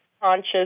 conscious